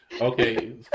Okay